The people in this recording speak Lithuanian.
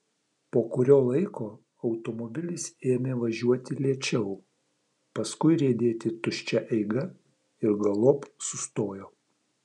po kurio laiko automobilis ėmė važiuoti lėčiau paskui riedėti tuščia eiga ir galop sustojo